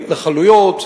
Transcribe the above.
התנחלויות.